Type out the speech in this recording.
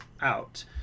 out